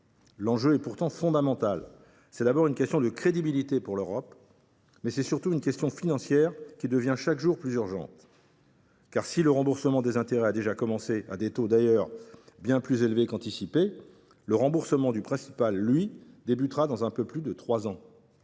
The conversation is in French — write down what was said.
L’enjeu est pourtant fondamental : c’est d’abord une question de crédibilité pour l’Europe, mais c’est surtout une question financière, qui devient chaque jour plus urgente. En effet, si le remboursement des intérêts a déjà commencé, à des taux d’ailleurs bien plus élevés que cela avait été anticipé, le remboursement du principal, lui, commencera dans un peu plus de trois ans.